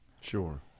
Sure